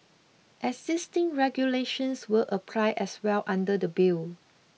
existing regulations will apply as well under the bill